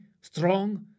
strong